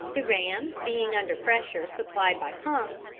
the ram, being under pressure supplied by pumps,